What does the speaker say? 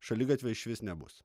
šaligatvio išvis nebus